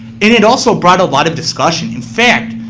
and it also brought a lot of discussion. in fact,